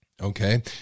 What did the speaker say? Okay